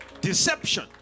Deception